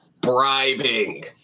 Bribing